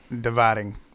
dividing